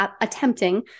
attempting